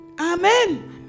Amen